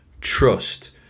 trust